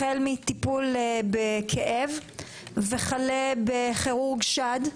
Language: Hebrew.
החל מטיפול בכאב, וכלה בכירורג שד,